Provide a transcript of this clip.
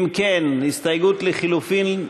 אם כן, הסתייגות לחלופין: